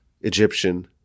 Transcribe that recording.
Egyptian